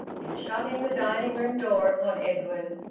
in shutting the dining-room door upon edwin,